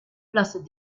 place